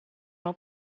uno